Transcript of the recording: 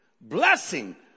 Blessing